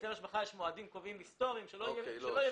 בהיטל השבחה יש מועדים קובעים היסטוריים ולכן שלא יהיה ויכוח.